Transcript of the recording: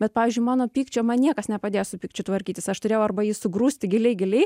bet pavyzdžiui mano pykčio man niekas nepadėjo su pykčiu tvarkytis aš turėjau arba jį sugrūsti giliai giliai